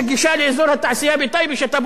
שאתה באופן אישי טיפלת בו,